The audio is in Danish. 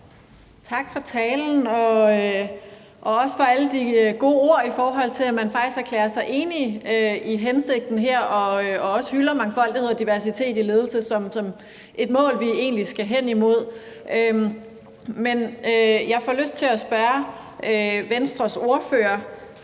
Tak for talen og også for alle de gode ord, i forhold til at man faktisk erklærer sig enig i hensigten her og også hylder mangfoldighed og diversitet i ledelse som et mål, vi egentlig skal hen imod. Men jeg får lyst til at spørge Venstres ordfører